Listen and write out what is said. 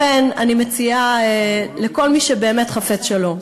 לכן אני מציעה לכל מי שבאמת חפץ שלום,